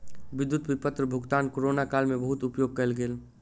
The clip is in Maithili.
विद्युत विपत्र भुगतान कोरोना काल में बहुत उपयोग कयल गेल